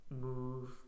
move